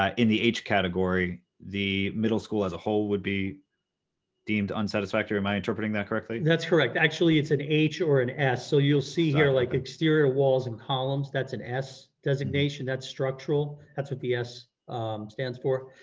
in the h category, the middle school as a whole would be deemed unsatisfactory, am i interpreting that correctly? that's correct. actually, it's an h or an s. so you'll see here like exterior walls and columns, that's an s designation, that's structural, that's what the s stands for.